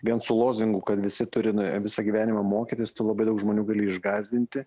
vien su lozungu kad visi turi visą gyvenimą mokytis tai labai daug žmonių gali išgąsdinti